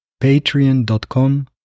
Patreon.com